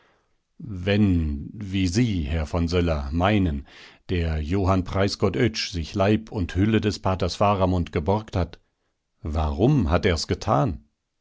wenn wie sie herr von söller meinen der johann preisgott oetsch sich leib und hülle des paters faramund geborgt hat warum hat er's getan